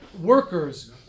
workers